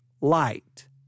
light